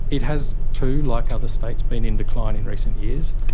it has too, like other states, been in decline in recent years,